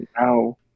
Now